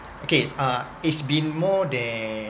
okay uh it's been more than